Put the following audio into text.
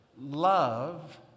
Love